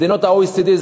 מדינות ה-OECD,